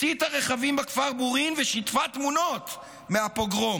הציתה רכבים בכפר בורין ושיתפה תמונות מהפוגרום.